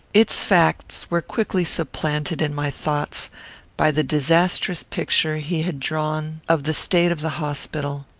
its facts were quickly supplanted in my thoughts by the disastrous picture he had drawn of the state of the hospital.